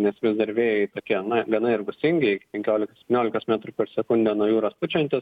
nes dar vėjai tokie na gana ir gūsingi penkiolikos septyniolikos metrų per sekundę nuo jūros pučiantys